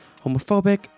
homophobic